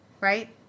right